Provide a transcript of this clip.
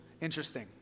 interesting